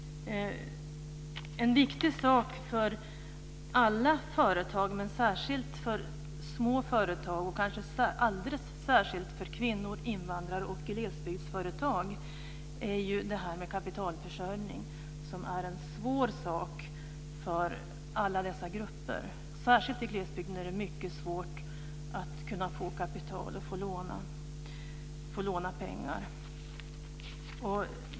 En viktig sak för alla företag men särskilt för små företag - det kanske gäller alldeles särskilt för kvinnor, invandrare och glesbygdsföretag - är ju det här med kapitalförsörjning. Det är en svår sak för alla dessa grupper. Särskilt i glesbygden är det mycket svårt att få kapital och låna pengar.